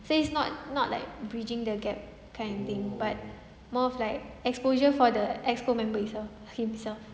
so it's not not that bridging the gap kind of thing but more of like exposure for the exco member itself himself